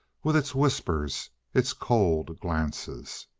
with its whispers, its cold glances?